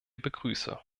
begrüße